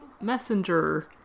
messenger